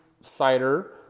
cider